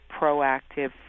proactive